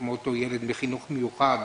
כמו אותו ילד בחינוך מיוחד,